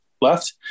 left